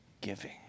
giving